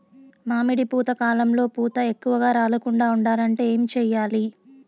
మామిడి పూత కాలంలో పూత ఎక్కువగా రాలకుండా ఉండాలంటే ఏమి చెయ్యాలి?